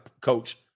coach